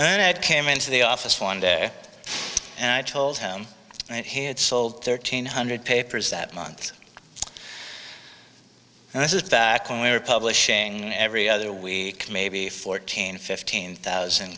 or came into the office one day and i told him he had sold thirteen hundred papers that month and this is that can we were publishing every other week maybe fourteen fifteen thousand